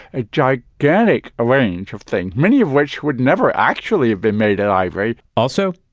a gigantic range of things, many of which would never actually have been made in ivory also,